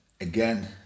Again